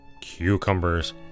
Cucumbers